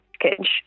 package